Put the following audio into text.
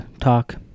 talk